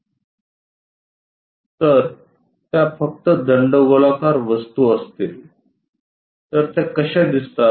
जर त्या फक्त दंडगोलाकार वस्तू असतील तर त्या कश्या दिसतात